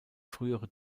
frühere